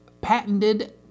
patented